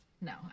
no